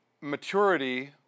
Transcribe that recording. maturity